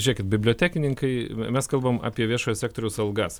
žėkit bibliotekininkai mes kalbam apie viešojo sektoriaus algas